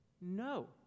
No